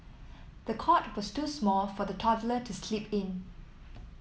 the cot was too small for the toddler to sleep in